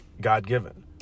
God-given